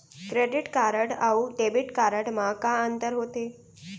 Credit card अऊ debit card मा का अंतर होथे?